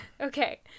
Okay